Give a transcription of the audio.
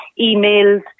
emails